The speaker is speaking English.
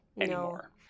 anymore